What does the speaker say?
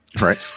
right